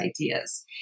ideas